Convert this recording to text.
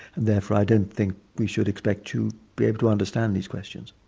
and therefore i don't think we should expect to be able to understand these questions.